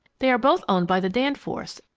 they are both owned by the danforths,